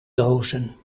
dozen